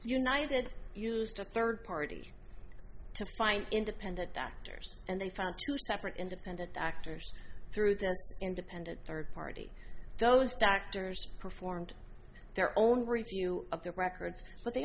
united used a third party to find independent doctors and they found two separate independent actors through their independent third party those doctors performed their own review of their records but they